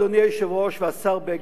אדוני היושב-ראש והשר בגין,